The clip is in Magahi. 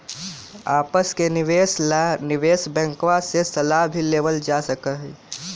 आपस के निवेश ला निवेश बैंकवा से सलाह भी लेवल जा सका हई